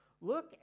Look